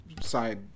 Side